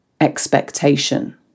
expectation